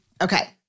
Okay